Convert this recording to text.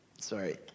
Sorry